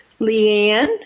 Leanne